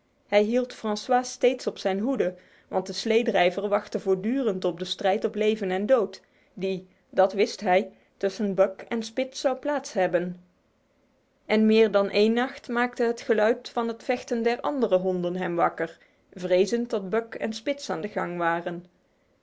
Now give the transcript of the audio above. hij hield francois steeds op zijn hoed wantslrijvcheotdunpsrij op leven en dood die dat wist hij tussen buck en spitz zou plaats hebben en meer dan één nacht maakte het geluid van het vechten der andere honden hem wakker in zijn vrees dat buck en spitz aan de gang waren